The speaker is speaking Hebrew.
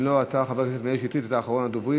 אם לא, אתה, חבר הכנסת מאיר שטרית, אחרון הדוברים.